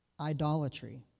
Idolatry